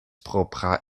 propra